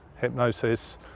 hypnosis